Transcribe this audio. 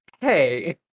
hey